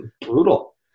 brutal